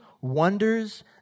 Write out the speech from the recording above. wonders